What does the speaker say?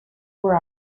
war